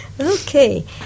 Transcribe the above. Okay